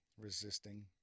resisting